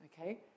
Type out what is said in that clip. okay